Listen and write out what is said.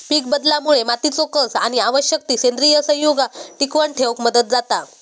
पीकबदलामुळे मातीचो कस आणि आवश्यक ती सेंद्रिय संयुगा टिकवन ठेवक मदत जाता